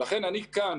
לכן, אני כאן.